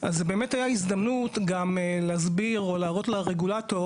זו באמת הייתה הזדמנות גם להסביר או להראות לרגולטור,